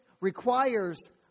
requires